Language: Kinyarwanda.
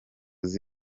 zose